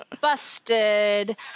busted